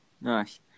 Nice